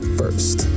first